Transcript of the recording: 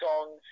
songs